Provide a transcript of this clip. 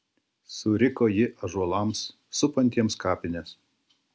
suriko ji ąžuolams supantiems kapines